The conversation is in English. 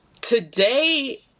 today